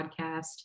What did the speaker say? podcast